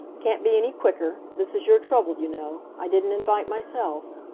can't be any quicker. this is your trouble, you know. i didn't invite myself.